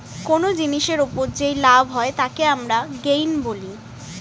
কোন জিনিসের ওপর যেই লাভ হয় তাকে আমরা গেইন বলি